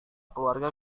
keluarga